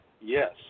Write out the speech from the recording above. yes